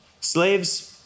Slaves